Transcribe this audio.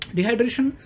Dehydration